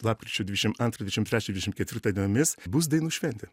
lapkričio dvidešim antrą dvidešim trečią dvidešim ketvirtą dienomis bus dainų šventė